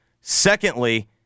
Secondly